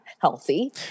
healthy